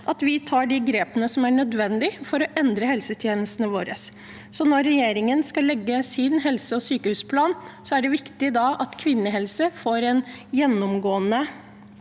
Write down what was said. at vi tar de grepene som er nødvendig for å endre helsetjenestene våre. Så når regjeringen skal lage sin helse- og sykehusplan, er det viktig at kvinnehelse får en gjennomgående